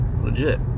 legit